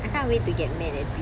I can't wait to get mad at people